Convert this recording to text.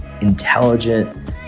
intelligent